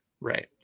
Right